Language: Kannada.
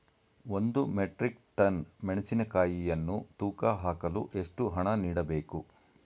ಒಂದು ಮೆಟ್ರಿಕ್ ಟನ್ ಮೆಣಸಿನಕಾಯಿಯನ್ನು ತೂಕ ಹಾಕಲು ಎಷ್ಟು ಹಣ ನೀಡಬೇಕು?